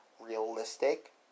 realistic